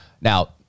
Now